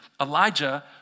Elijah